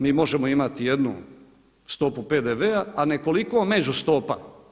Mi možemo imati jednu stopu PDV-a nekoliko međustopa.